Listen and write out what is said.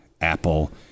Apple